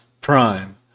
prime